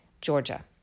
Georgia